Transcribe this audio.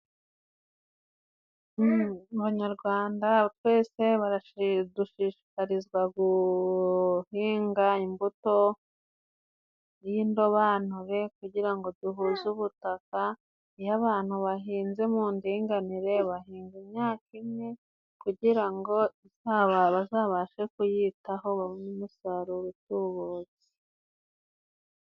Abanyarwanda twese dushishikarizwa guhinga imbuto y'indobanure, kugira ngo duhuze ubutaka, iyo abantu bahinze mu ndinganire, bahinga imyaka imwe, kugira ngo izaba bazabashe kuyitaho, babone umusaruro utubutse.